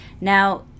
Now